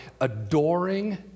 adoring